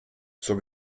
zur